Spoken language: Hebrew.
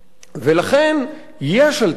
ולכן יש אלטרנטיבה,